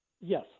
Yes